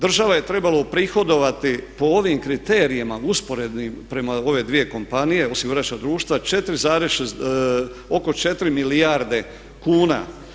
Država je trebala uprihodovati po ovim kriterijima usporednim prema ove dvije kompanije, osiguračka društva oko 4 milijarde kuna.